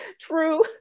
true